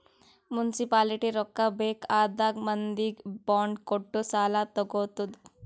municipality ರೊಕ್ಕಾ ಬೇಕ್ ಆದಾಗ್ ಮಂದಿಗ್ ಬಾಂಡ್ ಕೊಟ್ಟು ಸಾಲಾ ತಗೊತ್ತುದ್